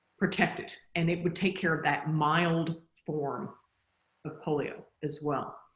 protected and it would take care of that mild form of polio as well.